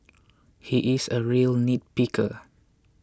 he is a real nitpicker